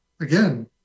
again